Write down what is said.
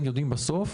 הם יודעים בסוף